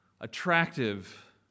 attractive